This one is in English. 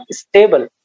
stable